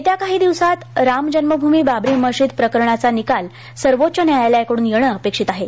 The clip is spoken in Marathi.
येत्या काही दिवसांत राम जन्मभूमी बाबरी मशीद प्रकरणाचा निकाल सर्वोच्च न्यायालयाकड्रन येणं अपेक्षित आहे